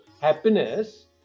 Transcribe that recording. happiness